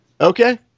Okay